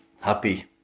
happy